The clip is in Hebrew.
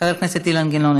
חבר הכנסת אילן גילאון,